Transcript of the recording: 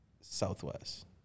Southwest